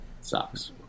Sucks